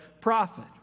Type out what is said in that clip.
prophet